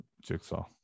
Jigsaw